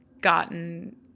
gotten